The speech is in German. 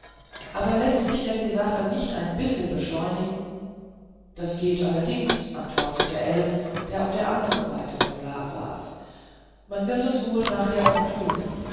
aber läßt sich denn die sache nicht ein bissel beschleunigen das geht allerdings antwortete ell der auf der andern seite von la saß und man wird es wohl nachher auch tun